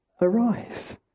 arise